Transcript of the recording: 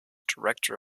director